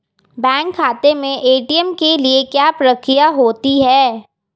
Bank खाते में ATM के लिए क्या प्रक्रिया होती है?